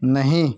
نہیں